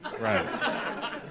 Right